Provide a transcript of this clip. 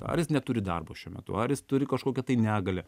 ar jis neturi darbo šiuo metu ar jis turi kažkokią tai negalią